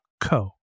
co